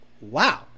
wow